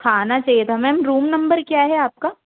हाँ आना चाहिए था मैम रूम नंबर क्या है आप का